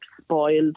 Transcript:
spoiled